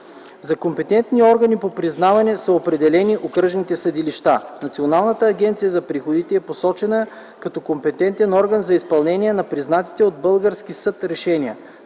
За компетентни органи по признаване са определени окръжните съдилища. Националната агенция за приходите е посочена като компетентен орган за изпълнение на признатите от български съд решения.